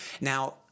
Now